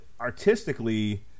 artistically